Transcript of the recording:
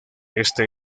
este